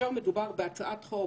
מדובר בהצעת חוק,